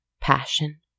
passion